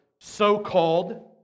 so-called